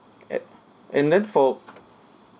at and then for